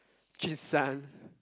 three son